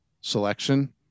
selection